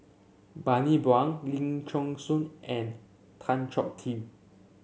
Bani Buang Ling Geok Choon and Tan Choh Tee